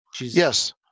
Yes